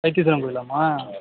Vaitheeswaran கோயிலாமா